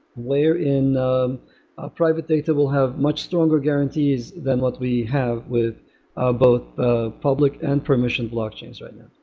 layer in private data will have much stronger guarantees than what we have with ah both ah public and permission blockchains right now.